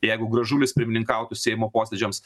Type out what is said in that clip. jeigu gražulis pirmininkautų seimo posėdžiams